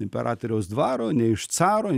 imperatoriaus dvaro ne iš caro